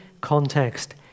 context